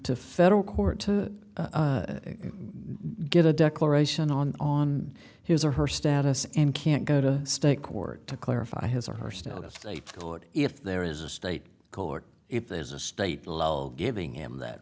to federal court to get a declaration on on his or her status and can't go to state court to clarify his or her status code if there is a state court if there's a state law giving him that